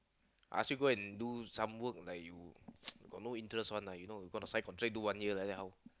ask you go and do some work like you got no interest one lah you know you got to sign contract do one year like that how